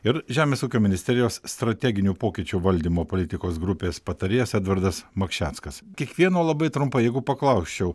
ir žemės ūkio ministerijos strateginių pokyčių valdymo politikos grupės patarėjas edvardas makšeckas kiekvieno labai trumpai jeigu paklausčiau